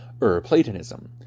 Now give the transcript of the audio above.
Ur-Platonism